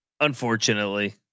Unfortunately